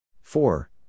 Four